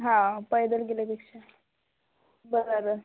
हा पैदल गेल्यापेक्षा बरोबर